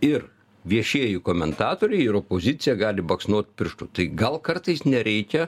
ir viešieji komentatoriai ir opozicija gali baksnot pirštu tai gal kartais nereikia